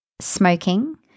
smoking